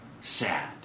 sad